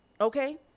okay